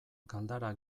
galdara